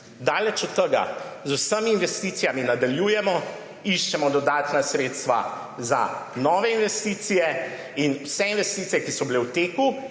Daleč od tega. Z vsemi investicijami nadaljujemo, iščemo dodatna sredstva za nove investicije in vse investicije, ki so bile v teku